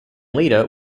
leader